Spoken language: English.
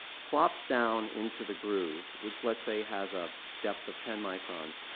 plops down into the groove which let's say, has a depth of ten microns.